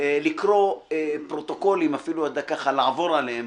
לקרוא פרוטוקולים, אפילו ככה לעבור עליהם.